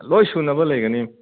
ꯂꯣꯏ ꯁꯨꯅꯕ ꯂꯩꯒꯅꯤ